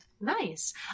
Nice